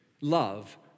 Love